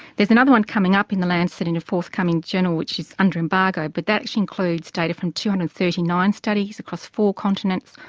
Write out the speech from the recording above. there's another one coming up in the lancet in a forthcoming journal which is under embargo, but that actually includes data from two hundred and thirty nine studies across four continents,